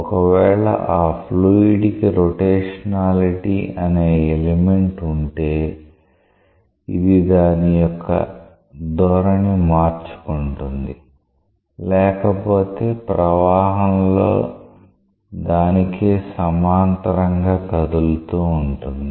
ఒకవేళ అ ఫ్లూయిడ్ కి రొటేషనాలిటీ అనే ఎలిమెంట్ ఉంటే ఇది దాని యొక్క ధోరణి మార్చుకుంటుంది లేకపోతే ప్రవాహంలో దానికే సమాంతరంగా కదులుతూ ఉంటుంది